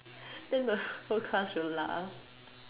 then the whole class will laugh